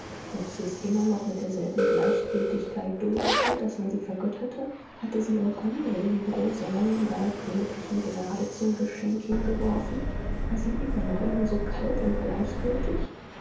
ob sie es immer noch mit derselben gleichgültigkeit duldete daß man sie vergötterte hatte sie auch anderen die brosamen ihrer königlichen gnade zum geschenk hingeworfen war sie immer noch ebenso kalt und gleichgültig